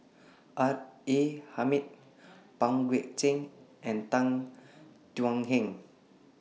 R A Hamid Pang Guek Cheng and Tan Thuan Heng